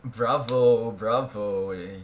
bravo bravo eh